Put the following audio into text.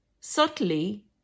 Subtly